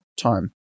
time